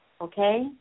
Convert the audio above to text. Okay